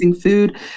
food